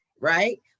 right